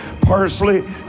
Parsley